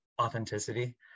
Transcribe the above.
authenticity